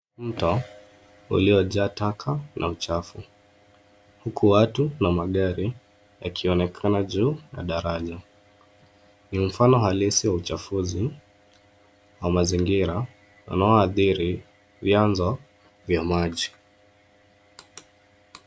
Mto uliojaa taka na uchafu huku watu na magari yakionekana juu ya daraja. Ni mfano halisi wa uchafuzi wa mazingira unaoathiri vyanzo vya maji.